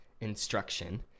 instruction